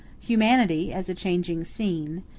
humanity as a changing scene,